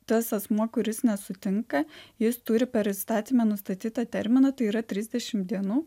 tas asmuo kuris nesutinka jis turi per įstatyme nustatytą terminą tai yra trisdešim dienų